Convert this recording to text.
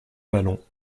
vallon